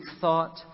thought